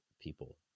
people